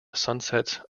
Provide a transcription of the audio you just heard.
sunsets